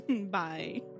bye